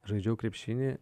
žaidžiau krepšinį